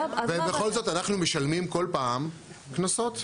ובכל זאת, אנחנו משלמים כל פעם קנסות.